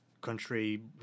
country